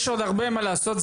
יש עוד הרבה מה לעשות,